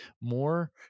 more